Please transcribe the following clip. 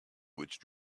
which